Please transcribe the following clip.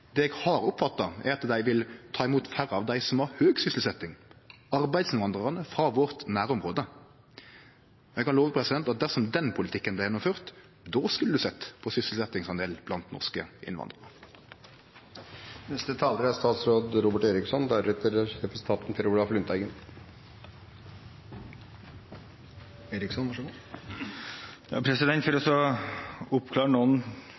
det eg har oppfatta, er at dei vil ta imot færre av dei som har høg sysselsetjingsgrad: arbeidsinnvandrarane frå vårt nærområde. Eg kan love at dersom den politikken vart gjennomført, skulle ein sett på sysselsetjingsgraden blant norske innvandrarar. Jeg vil oppklare noen få ting som er